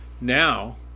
now